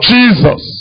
Jesus